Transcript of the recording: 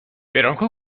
برانکو